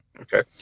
Okay